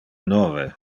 nove